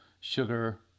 sugar